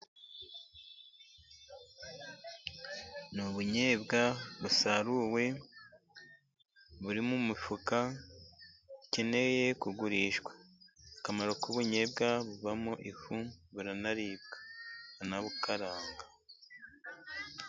Ni ubunyobwa busaruwe buri mu mufuka, bukeneye kugurishwa. Akamaro k'ubunyobwa buvamo ifu, buranaribwa, baranabukaranga.